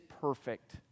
perfect